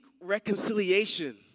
reconciliation